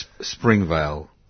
Springvale